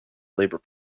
labour